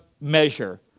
measure